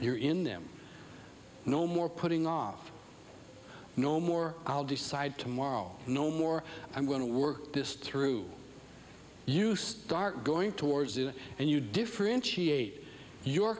you're in them no more putting off no more i'll decide tomorrow no more i'm going to work this through you start going towards it and you differentiate your